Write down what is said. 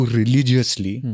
religiously